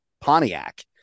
Pontiac